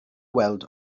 weld